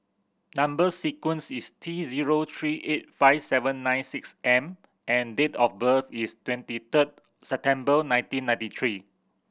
number sequence is T zero three eight five seven nine six M and date of birth is twenty third September nineteen ninety three